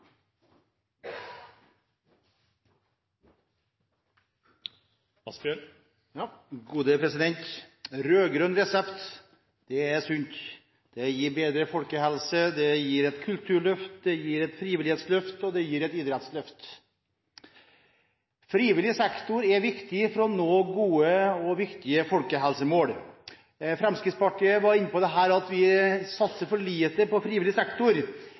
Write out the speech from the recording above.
sunt. Det gir bedre folkehelse. Det gir et kulturløft. Det gir et frivillighetsløft. Og det gir et idrettsløft. Frivillig sektor er viktig for å nå gode og viktige folkehelsemål. Fremskrittspartiet var inne på dette at vi satser for lite på frivillig sektor.